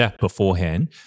beforehand